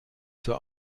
zur